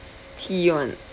tea [one]